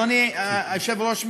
אדוני היושב-ראש,